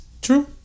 true